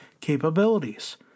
capabilities